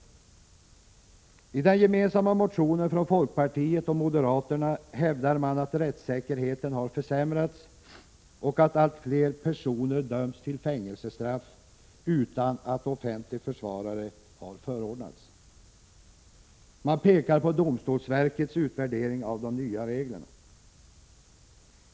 I den gemensamma motionen från folkpartiet och moderaterna hävdar man att rättssäkerheten har försämrats och att allt fler personer döms till fängelsestraff utan att offentlig försvarare har förordnats. Man pekar på domstolsverkets utvärdering av de nya reglerna.